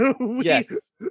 Yes